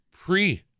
pre